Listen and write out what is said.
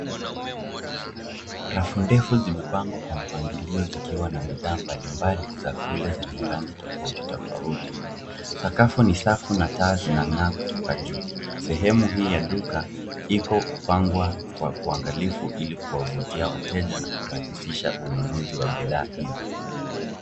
Rafu ndefu zimepangwa kwa mpangilio zikiwa na bidhaa mbalimbali za kule zenye rangi tofauti tofauti. Sakafu ni safi na taa zinang'aa kutoka juu. Sehemu hii ya duka iko kupangwa kwa uangalifu ili kuwavutia wateja na kurahisisha ununuzi wa bidhaa hizo.